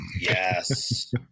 Yes